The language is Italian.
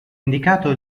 indicato